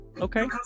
Okay